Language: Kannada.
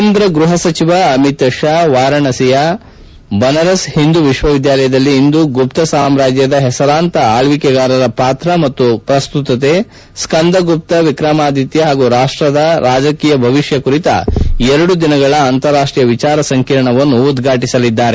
ಕೇಂದ್ರ ಗೃಹ ಸಚಿವ ಅಮಿತ್ ಶಾ ವಾರಾಣಸಿಯ ಬನಾರಸ್ ಹಿಂದೂ ವಿಶ್ವವಿದ್ಯಾಲಯದಲ್ಲಿ ಇಂದು ಗುಪ್ತ ಸಾಮ್ರಾಜ್ಯದ ಹೆಸರಾಂತ ಆಳ್ವಿಕೆಗಾರರ ಪಾತ್ರ ಮತ್ತು ಪ್ರಸ್ತುತತೆ ಸ್ಕಂದ ಗುಪ್ತ ವಿಕ್ರಮಾದಿತ್ಯ ಹಾಗೂ ರಾಷ್ವದ ರಾಜಕೀಯ ಭವಿಷ್ಯ ಕುರಿತ ಎರಡು ದಿನಗಳ ಅಂತಾರಾಷ್ವೀಯ ವಿಚಾರ ಸಂಕಿರಣವನ್ನು ಉದ್ವಾಟಿಸಲಿದ್ದಾರೆ